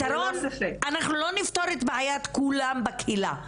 אנחנו לא נפתור את הבעיה של כולם בקהילה.